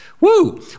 Woo